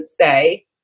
say